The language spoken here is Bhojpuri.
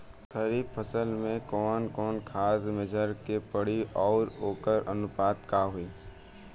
खरीफ फसल में कवन कवन खाद्य मेझर के पड़ी अउर वोकर अनुपात का होई?